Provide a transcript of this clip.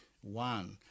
one